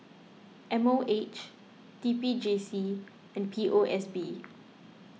M O H T P J C and P O S B